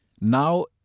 Now